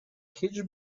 hitch